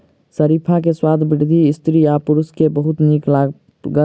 शरीफा के स्वाद वृद्ध स्त्री आ पुरुष के बहुत नीक लागल